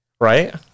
Right